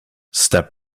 step